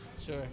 sure